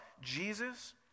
Jesus